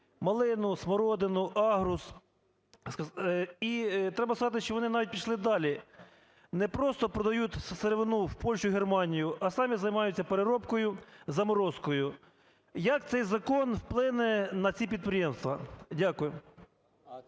малину, смородину, аґрус. І треба сказати, що вони навіть пішли далі: не просто продають сировину в Польщу і Германію, а самі займаються переробкою, заморозкою. Як цей закон вплине на ці підприємства? Дякую.